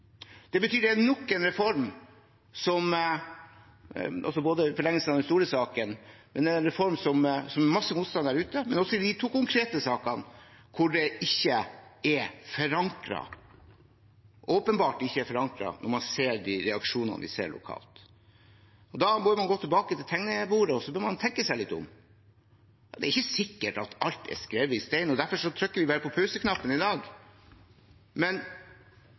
Det betyr at det er nok en reform, i forlengelsen av den store saken – som har masse motstand der ute – og også de to konkrete sakene, som åpenbart ikke er forankret, ut fra de reaksjonene man ser lokalt. Da bør man gå tilbake til tegnebordet, og så bør man tenke seg litt om. Det er ikke sikkert at alt er hogd i stein, og derfor trykker vi bare på pauseknappen i dag. Men